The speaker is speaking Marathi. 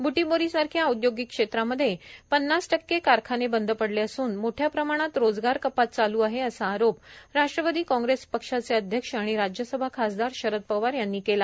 ब्टीबोरीसारख्या औद्योगिक क्षेत्रांमध्ये पन्नास टक्के कारखाने बंद पडले असून मोठ्या प्रमाणात रोजगार कपात चालू आहे असा आरोप राष्ट्रवादी काँग्रेस पक्षाचे अध्यक्ष आणि राज्यसभा खासदार शरद पवार यांनी केला